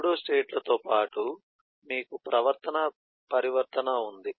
సూడోస్టేట్లతో పాటు మీకు ప్రవర్తనా పరివర్తన ఉంది